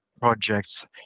projects